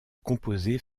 composés